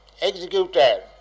executed